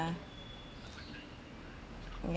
yeah yeah